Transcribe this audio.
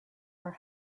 are